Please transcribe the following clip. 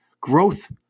Growth